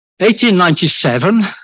1897